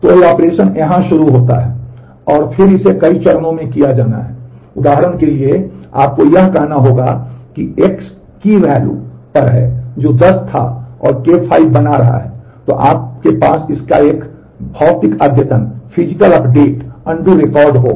तो यह ऑपरेशन यहां शुरू होता है और फिर कई चरणों में किया जाना है उदाहरण के लिए आपको यह कहना होगा कि यदि X की वैल्यू रिकॉर्ड होगा